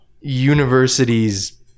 universities